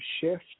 shift